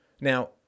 Now